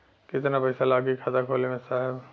कितना पइसा लागि खाता खोले में साहब?